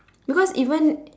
because even